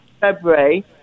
february